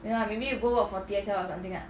no lah maybe you go work for T_S_L or something lah